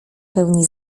pełni